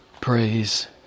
praise